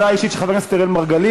הודעה אישית של חבר הכנסת אראל מרגלית.